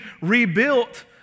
rebuilt